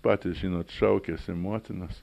patys žinot šaukiasi motinos